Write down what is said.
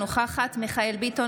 אינה נוכחת מיכאל מרדכי ביטון,